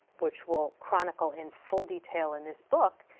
which will chronicle in full detail in this book,